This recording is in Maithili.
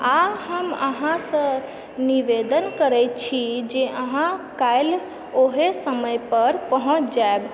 आ हम अहाँसऽ निवेदन करै छी जे अहाँ काल्हि ओहे समयपर पहुँच जायब